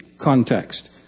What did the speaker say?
context